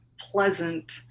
pleasant